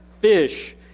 fish